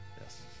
Yes